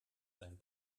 sein